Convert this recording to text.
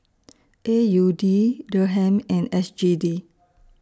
A U D Dirham and S G D